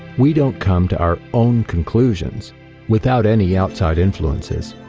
we don't come to our own conclusions without any outside influences.